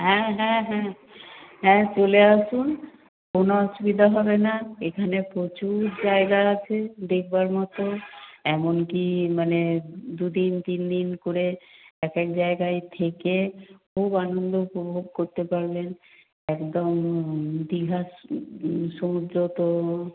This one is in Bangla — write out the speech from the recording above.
হ্যাঁ হ্যাঁ হ্যাঁ হ্যাঁ চলে আসুন কোনো অসুবিধা হবে না এখানে প্রচুর জায়গা আছে দেখবার মতো এমন কী মানে দুদিন তিন দিন করে এক এক জায়গায় থেকে খুব আনন্দ উপভোগ করতে পারবেন একদম দীঘার সমুদ্র তো